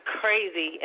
crazy